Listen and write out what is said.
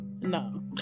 No